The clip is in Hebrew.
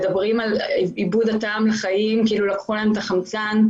מדברים על איבוד הטעם לחיים כאילו לקחו להם את החמצן,